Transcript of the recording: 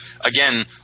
again